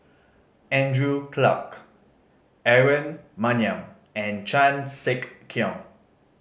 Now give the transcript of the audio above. Andrew Clarke Aaron Maniam and Chan Sek Keong